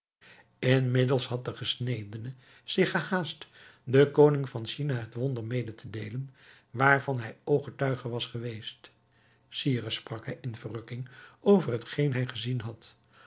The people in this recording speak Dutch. inmiddels had de gesnedene zich gehaast den koning van china het wonder mede te deelen waarvan hij ooggetuige was geweest sire sprak hij in verrukking over hetgeen hij gezien had